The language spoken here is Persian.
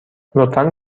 لطفا